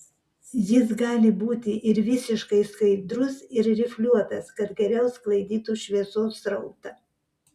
jis gali būti ir visiškai skaidrus ir rifliuotas kad geriau sklaidytų šviesos srautą